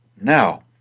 Now